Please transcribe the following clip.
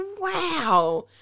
wow